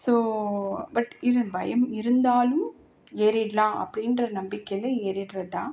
so but இரு பயம் இருந்தாலும் ஏறிடலாம் அப்படின்ற நம்பிக்கையில் ஏறிடறது தான்